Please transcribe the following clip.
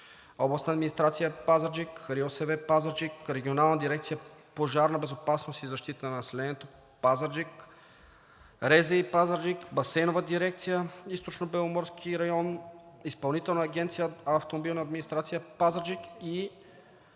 Областна администрация – Пазарджик, РИОСВ – Пазарджик, Регионална дирекция „Пожарна безопасност и защита на населението“ – Пазарджик, РЗИ – Пазарджик, Басейнова дирекция „Източнобеломорски район“, Изпълнителна агенция „Автомобилна администрация“ – Пазарджик,